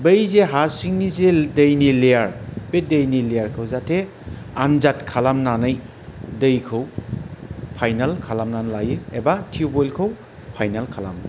बै जे हा सिंनि जे दैनि लेयार बे दैनि लेयारखौ जाहाथे आनजाद खालामनानै दैखौ फाइनेल खालामनानै लायो एबा टिउबवेलखौ फाइनेल खालामो